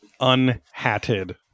unhatted